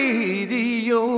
Radio